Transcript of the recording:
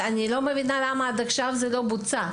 אני לא מבינה למה זה לא בוצע עד עכשיו.